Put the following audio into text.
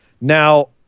Now